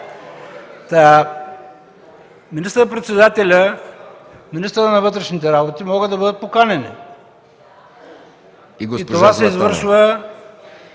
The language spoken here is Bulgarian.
Министър-председателят, министърът на вътрешните работи могат да бъдат поканени и това се извършва